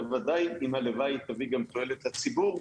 בוודאי אם הלוואי היא תביא גם תועלת לציבור,